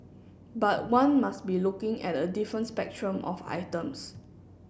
but one must be looking at a different spectrum of items